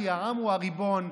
כי העם הוא הריבון,